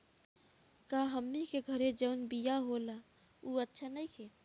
का हमनी के घरे जवन बिया होला उ अच्छा नईखे?